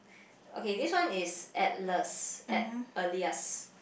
okay this one is atlas at~ alias